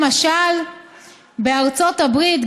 למשל בארצות הברית,